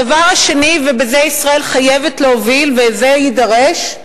הדבר השני, ובזה ישראל חייבת להוביל, וזה יידרש,